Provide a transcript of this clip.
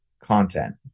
content